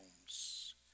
homes